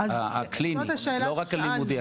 הקליני, לא רק הלימודי.